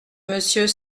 monsieur